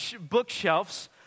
bookshelves